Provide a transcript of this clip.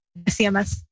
CMS